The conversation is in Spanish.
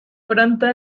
pronto